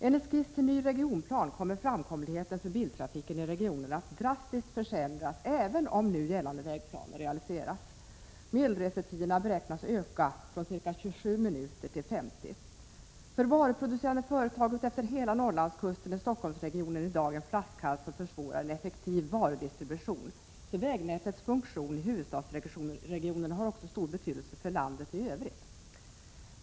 Enligt skiss till ny regionplan kommer framkomligheten för biltrafiken i regionen att drastiskt försämras, även om nu gällande vägplaner realiseras. Medelresetiderna beräknas öka från ca 27 minuter till 50. För varuproducerande företag utefter hela norrlandskusten är Stockholmsregionen i dag en flaskhals, som försvårar en effektiv varudistribution. Vägnätets funktion i huvudstadsregionen har alltså även stor betydelse för landet i övrigt.